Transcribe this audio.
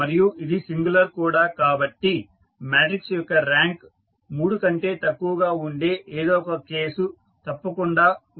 మరియు ఇది సింగులర్ కూడా కాబట్టి మాట్రిక్స్ యొక్క ర్యాంక్ 3 కంటే తక్కువగా ఉండే ఏదో ఒక కేసు తప్పకుండా ఉంటుంది